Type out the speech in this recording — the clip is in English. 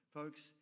Folks